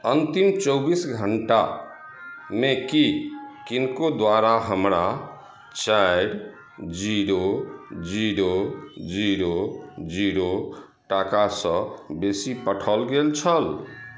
अन्तिम चौबीस घंटामे की किनको दुआरा हमरा चारि जीरो जीरो जीरो जीरो टाकासँ बेसी पठाओल गेल छल